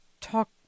talk